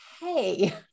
hey